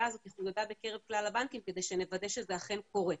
הזאת חודדה בקרב כלל הבנקים כדי שנוודא שזה אכן קורה.